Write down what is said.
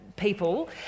people